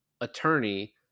attorney